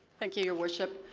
thank you, your worship.